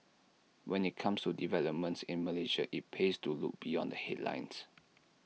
when IT comes to developments in Malaysia IT pays to look beyond the headlines